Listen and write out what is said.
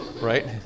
right